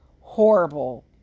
horrible